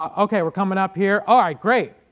um okay we're coming up here all right great